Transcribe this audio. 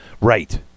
Right